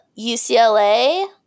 UCLA